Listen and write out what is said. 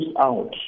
out